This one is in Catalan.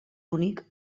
únic